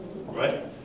Right